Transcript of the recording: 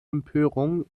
empörung